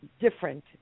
different